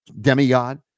demigod